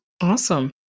Awesome